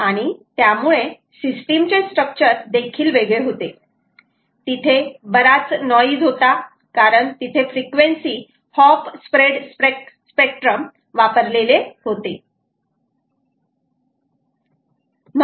आणि त्यामुळे सिस्टिम चे स्ट्रक्चर देखील वेगळे होते तिथे बराच नॉइज होता कारण तिथे फ्रिक्वेन्सी हॉप स्प्रेड स्पेक्ट्रम वापरलेले होते